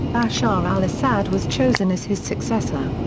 bashar al-assad was chosen as his successor.